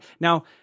Now